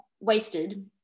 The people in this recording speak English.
wasted